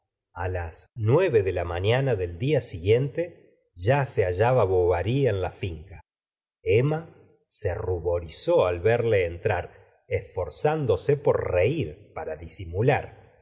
a las nueve de la mafiana del día siguiente ya se hallaba bovary en la finca emma se ruborizó al verle entrar esforzándose por reir para disimular